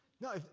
No